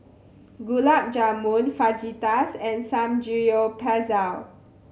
Gulab Jamun Fajitas and Samgeyopsal